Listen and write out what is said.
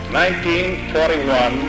1941